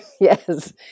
yes